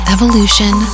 Evolution